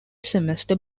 semester